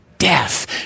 death